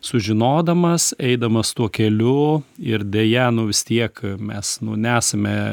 sužinodamas eidamas tuo keliu ir deja nu vis tiek mes nu nesame